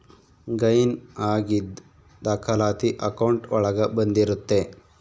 gain ಆಗಿದ್ ದಾಖಲಾತಿ account ಒಳಗ ಬಂದಿರುತ್ತೆ